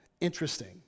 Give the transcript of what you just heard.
interesting